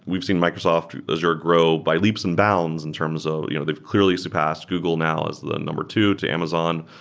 we've seen microsoft azure grow by leaps and bounds in terms of you know they've clearly surpassed google now as number two to amazon.